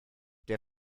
der